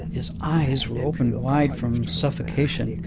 his eyes were opened wide from suffocation.